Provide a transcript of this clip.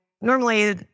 normally